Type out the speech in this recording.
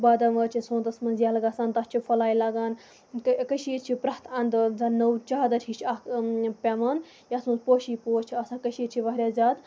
بادم وٲر چھِ سونتس منٛز ییٚلہٕ گژھان تَتھ چھِ پھٔلاے لگان کٔشیٖر چھِ پرٮ۪تھ اَندٕ زَن نٔو چادر ہِش اکھ پیوان یَتھ منٛز پوشٕے پوش چھِ آسان کٔشیٖر چھِ واریاہ زیادٕ